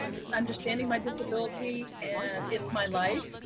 it's understanding my disability and it's my life.